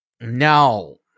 No